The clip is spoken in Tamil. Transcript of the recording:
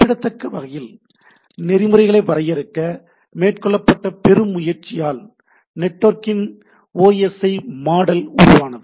குறிப்பிடதக்க வகையில் நெறிமுறைகளை வரையறுக்க மேற்கொள்ளப்பட்ட பெரும் முயற்சியால் நெட்வொர்க்கின் ஓஎஸ்ஐ மாடல் உருவானது